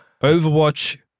Overwatch